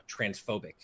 transphobic